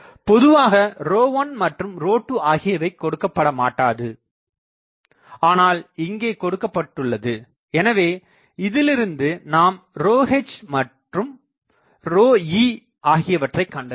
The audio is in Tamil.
பொதுவாக ρ1 மற்றும் ρ2 ஆகியவை கொடுக்கப்பட மாட்டாது ஆனால் இங்கே கொடுக்கப்பட்டுள்ளது எனவே இதிலிருந்து நாம் h மற்றும் e ஆகியவற்றைக் கண்டறியலாம்